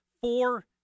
Four